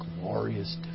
glorious